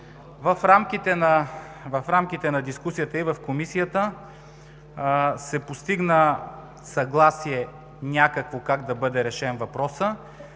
В рамките на дискусията и в Комисията се постигна някакво съгласие как да бъде решен въпросът.